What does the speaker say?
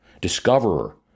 discoverer